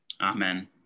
Amen